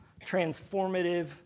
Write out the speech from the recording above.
transformative